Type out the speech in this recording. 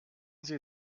sie